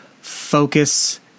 focus